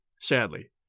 sadly